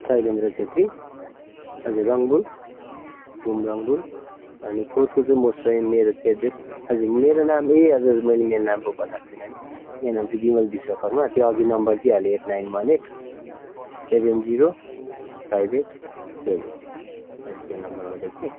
शैलेन्द्र छेत्री हजुर रङ्बुल घुम रङ्बुल अनि फोर्थको चाहिँ म स्वयं मेरो चाहिँ एड्रेस हजुर मेरो नाम ए हजुर हजुर मैले मेरो नाम पो बताएको छुइँन नि मेरो नाम चाहिँ विमल विश्वाकर्मा त्यो अघि नम्बर दिइहालेँ eight one nine eight seven zero five eight seven three हजुर त्यो नम्बर मैले दिएको थिएँ